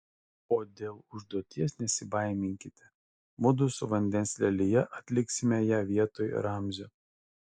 o dėl užduoties nesibaiminkite mudu su vandens lelija atliksime ją vietoj ramzio